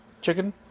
chicken